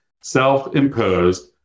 Self-Imposed